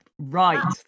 right